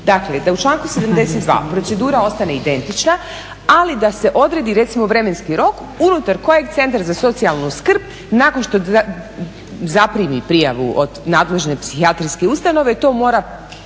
dakle da u članku 72. procedura ostane identična, ali da se odredi recimo vremenski rok unutar kojeg centar za socijalnu skrb nakon što zaprimi prijavu od nadležne psihijatrijske ustanove to mora